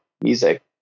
music